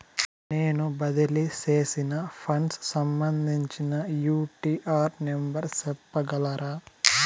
నేను బదిలీ సేసిన ఫండ్స్ సంబంధించిన యూ.టీ.ఆర్ నెంబర్ సెప్పగలరా